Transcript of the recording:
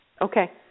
Okay